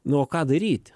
nu o ką daryti